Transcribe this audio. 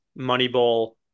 Moneyball